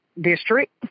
district